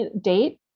date